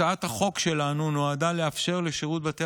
הצעת החוק שלנו נועדה לאפשר לשירות בתי